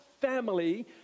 family